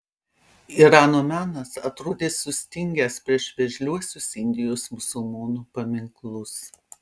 irano menas atrodė sustingęs prieš veržliuosius indijos musulmonų paminklus